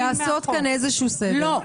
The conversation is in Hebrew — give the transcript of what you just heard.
לא,